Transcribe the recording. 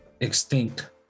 extinct